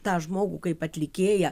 tą žmogų kaip atlikėją